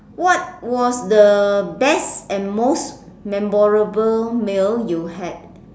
what was the best and most memorable meal you had